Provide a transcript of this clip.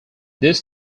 this